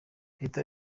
leta